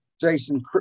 Jason